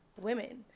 women